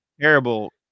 Terrible